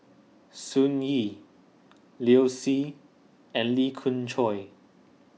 Sun Yee Liu Si and Lee Khoon Choy